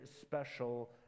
special